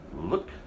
Look